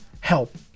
help